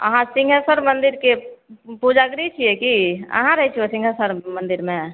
अहाँ सिङ्घेसर मन्दिरके पुजगरी छियै की अहाँ रहय छियै ओ सिङ्घेसर मन्दिरमे